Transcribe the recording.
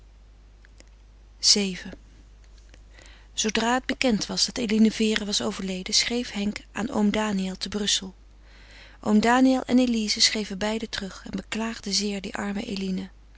vii zoodra het bekend was dat eline vere was overleden schreef henk aan oom daniël te brussel oom daniël en elize schreven beiden terug en beklaagden zeer die arme eline